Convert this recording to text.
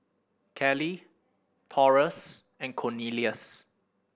Cali Taurus and Cornelious